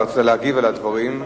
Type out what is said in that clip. אתה רוצה להגיב על הדברים,